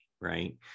Right